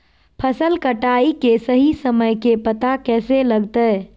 फसल कटाई के सही समय के पता कैसे लगते?